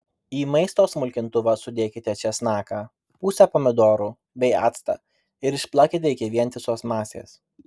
į maisto smulkintuvą sudėkite česnaką pusę pomidorų bei actą ir išplakite iki vientisos masės